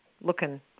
looking